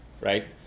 right